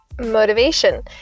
motivation